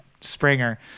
Springer